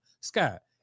Scott